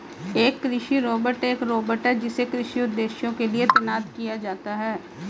एक कृषि रोबोट एक रोबोट है जिसे कृषि उद्देश्यों के लिए तैनात किया जाता है